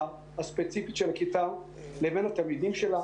הספציפית של הכיתה לבין התלמידים שלה,